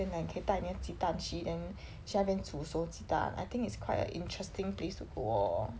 then like 可以带你的鸡蛋去 then 去那边煮熟鸡蛋 I think it's quite a interesting place to go lor